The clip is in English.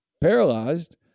paralyzed